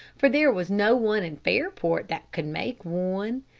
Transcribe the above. for there was no one in fairport that could make one.